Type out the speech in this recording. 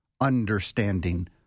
understanding